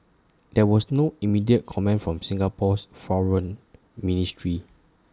there was no immediate comment from Singapore's foreign ministry